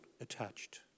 attached